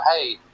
hey